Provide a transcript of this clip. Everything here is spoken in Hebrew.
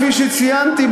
כפי שציינתי,